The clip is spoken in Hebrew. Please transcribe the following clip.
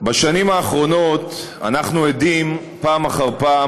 בשנים האחרונות אנחנו עדים פעם אחר פעם